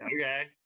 okay